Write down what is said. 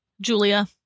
Julia